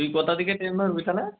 তুই কটার দিকে ট্রেন ধরবি তাহলে